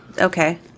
Okay